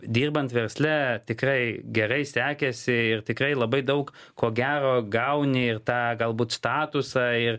dirbant versle tikrai gerai sekėsi ir tikrai labai daug ko gero gauni ir tą galbūt statusą ir